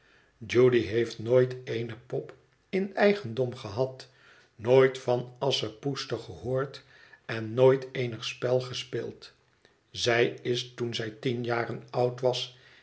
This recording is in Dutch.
judy heeft nooit eene pop in eigendom gehad nooit van asschepoetster gehoord en nooit eenig spel gespeeld zij is toen zij tien jaren oud was